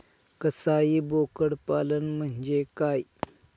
कसाई बोकड पालन म्हणजे काय?